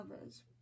others